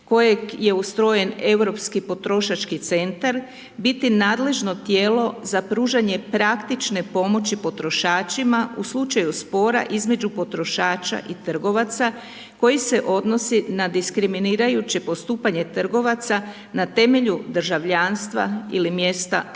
kojeg je ustrojen Europski potrošački centar biti nadležno tijelo za pružanje praktične pomoći potrošačima u slučaju spora između potrošača i trgovaca koji se odnosi na diskriminirajuće postupanje trgovaca na temelju državljanstva ili mjesta boravišta.